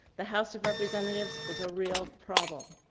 the house of representatives is a real problem.